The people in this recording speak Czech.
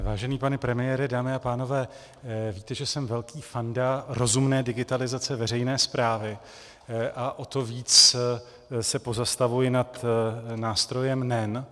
Vážený pane premiére, dámy a pánové, víte, že jsem velký fanda rozumné digitalizace veřejné správy, a o to víc se pozastavuji nad nástrojem NEN.